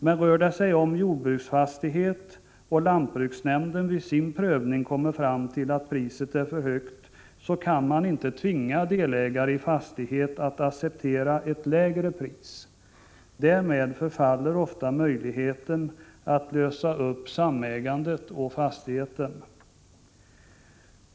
Men rör det sig om jordbruksfastighet och lantbruksnämnden vid sin prövning kommer fram till att priset är för högt, kan man inte tvinga delägare i fastigheten att acceptera ett lägre pris. Därmed förfaller ofta möjligheten att lösa upp samägandet av fastigheten.